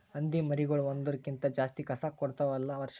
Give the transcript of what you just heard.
ಹಂದಿ ಮರಿಗೊಳ್ ಒಂದುರ್ ಕ್ಕಿಂತ ಜಾಸ್ತಿ ಕಸ ಕೊಡ್ತಾವ್ ಎಲ್ಲಾ ವರ್ಷ